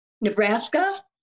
Nebraska